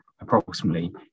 approximately